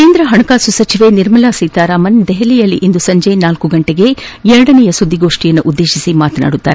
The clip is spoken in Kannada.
ಕೇಂದ್ರ ಹಣಕಾಸು ಸಚಿವೆ ನಿರ್ಮಲಾ ಸೀತಾರಾಮನ್ ದೆಹಲಿಯಲ್ಲಿಂದು ಸಂಜೆ ಳ ಗಂಟೆಗೆ ಸುದ್ದಿಗೋಷ್ಠಿಯನ್ನುದ್ದೇಶಿಸಿ ಮಾತನಾಡಲಿದ್ದಾರೆ